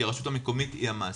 כי הרשות המקומית היא המעסיק.